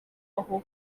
aho